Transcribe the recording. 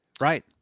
right